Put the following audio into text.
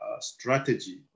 strategy